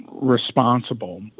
Responsible